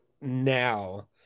now